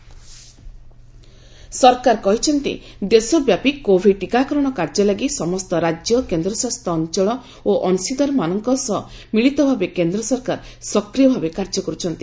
ଗଭ୍ vaccine ସରକାର କହିଛନ୍ତି ଦେଶବ୍ୟାପୀ କୋଭିଡ୍ ଟୀକାକରଣ କାର୍ଯ୍ୟ ଲାଗି ସମସ୍ତ ରାଜ୍ୟ କେନ୍ଦ୍ରଶାସିତ ଅଞ୍ଚଳ ଓ ଅଂଶୀଦାରମାନଙ୍କ ସହ ମିଳିତ ଭାବେ କେନ୍ଦ୍ର ସରକାର ସକ୍ରିୟଭାବେ କାର୍ଯ୍ୟ କର୍ଚ୍ଚନ୍ତି